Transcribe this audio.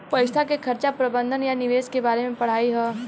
पईसा के खर्चा प्रबंधन आ निवेश के बारे में पढ़ाई ह